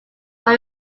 what